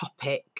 topic